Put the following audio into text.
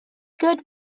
good